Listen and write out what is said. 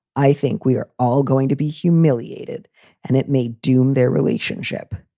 i think we are all going to be humiliated and it may doom their relationship